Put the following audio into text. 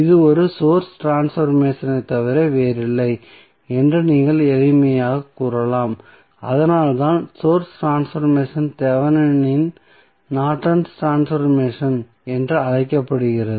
இது ஒரு சோர்ஸ் ட்ரான்ஸ்பர்மேசனைத் தவிர வேறில்லை என்று நீங்கள் எளிமையாகக் கூறலாம் அதனால்தான் source transformation Thevenin Norton's transformation Thevenin Nortons transformation என்றும் அழைக்கப்படுகிறது